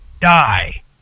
die